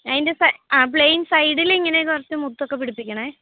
അതിൻ്റെ ആ പ്ലെയിൻ സൈഡിൽ ഇങ്ങനെ കുറച്ചു മുത്തൊക്കെ പിടിപ്പിക്കണം